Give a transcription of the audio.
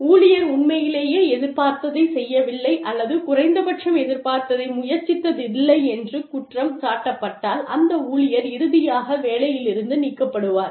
ஊழியர் உண்மையிலேயே எதிர்பார்த்ததைச் செய்யவில்லை அல்லது குறைந்தபட்சம் எதிர்பார்த்ததை முயற்சித்ததில்லை என்று குற்றம் சாட்டப்பட்டால் அந்த ஊழியர் இறுதியாக வேலையிலிருந்து நீக்கப்படுவார்